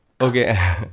Okay